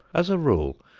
as a rule,